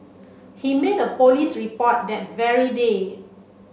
he made a police report that very day